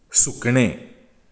सुकणें